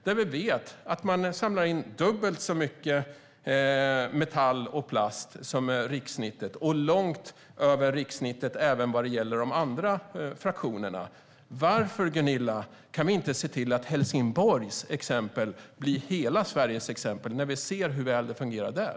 Vi vet vi att de samlar in dubbelt så mycket metall och plast som rikssnittet och att de ligger långt över rikssnittet även när det gäller de andra fraktionerna. Varför, Gunilla, kan vi inte se till att Helsingborgs exempel blir hela Sveriges exempel, när vi ser hur väl det fungerar där?